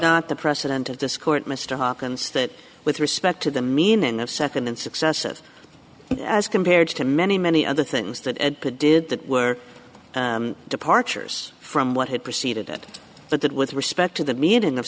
not the precedent of this court mr harkins that with respect to the meaning of nd in successive as compared to many many other things that the did that were departures from what had preceded it but that with respect to the meaning of